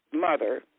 mother